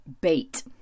Bait